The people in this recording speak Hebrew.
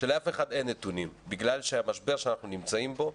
שלאף אחד אין נתונים בגלל שהמשבר שאנחנו נמצאים בו,